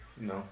No